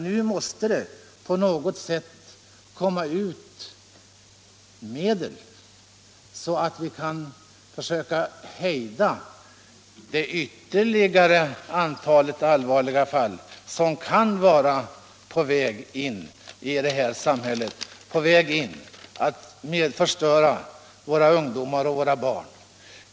Nu måste det komma fram information så att vi kan hejda antalet narkotikafall i samhället — på väg att förstöra våra ungdomar och barn.